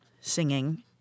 singing